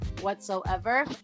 whatsoever